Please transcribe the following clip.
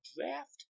Draft